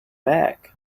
bag